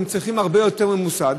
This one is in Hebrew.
הם צריכים סידור הרבה יותר ממוסד.